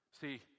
See